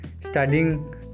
studying